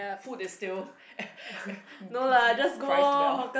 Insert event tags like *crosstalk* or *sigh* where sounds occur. food is still *laughs* priced well